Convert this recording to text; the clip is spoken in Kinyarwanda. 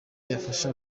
yafasha